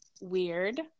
weird